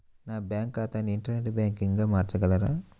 నా బ్యాంక్ ఖాతాని ఇంటర్నెట్ బ్యాంకింగ్గా మార్చగలరా?